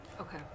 okay